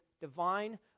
divine